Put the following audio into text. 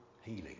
healing